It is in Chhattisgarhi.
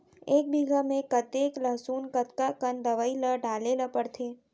एक बीघा में कतेक लहसुन कतका कन दवई ल डाले ल पड़थे?